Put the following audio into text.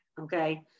okay